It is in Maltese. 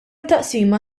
taqsima